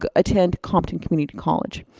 ah attend compton community college.